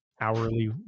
hourly